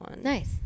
Nice